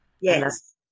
Yes